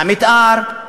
המתאר,